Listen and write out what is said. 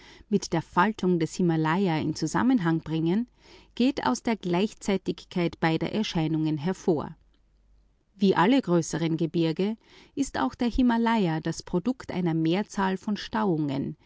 mit der faltung des himalaja in zusammenhang bringen geht aus der bisher nicht beachteten gleichzeitigkeit beider erscheinungen hervor wie alle größeren gebirge ist auch der himalaja das produkt einer mehrzahl von